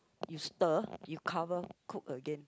you stir you cover cook again